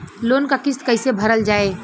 Loan क किस्त कैसे भरल जाए?